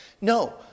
No